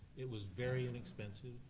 it was very inexpensive,